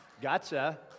Gotcha